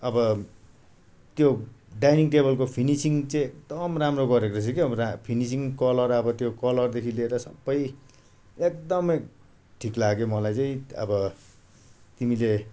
अब त्यो डाइनिङ टेबलको फिनिसिङ चाहिँ एकदम राम्रो गरेको रहेछ के अब फिनिसिङ कलर अब त्यो कलरदेखि लिएर सबै एकदमै ठिक लाग्यो मलाई चाहिँ अब तिमीले